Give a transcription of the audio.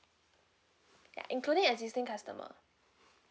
ya including existing customer